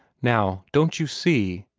now, don't you see,